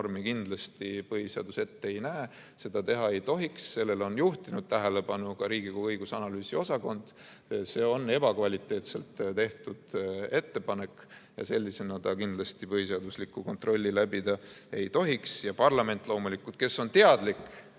kindlasti ette ei näe ja seda teha ei tohiks. Sellele on juhtinud tähelepanu ka Riigikogu õigus- ja analüüsiosakond. See on ebakvaliteetselt tehtud ettepanek ja sellisena ta kindlasti põhiseaduslikku kontrolli läbida ei tohiks. Ja loomulikult parlament, kes on teadlik,